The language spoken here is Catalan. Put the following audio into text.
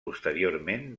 posteriorment